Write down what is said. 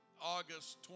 August